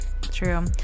true